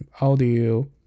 audio